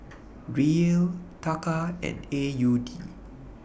Riel Taka and A U D